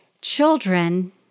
children